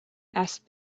asked